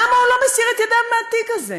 למה הוא לא מסיר את ידיו מהתיק הזה?